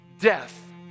Death